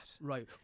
Right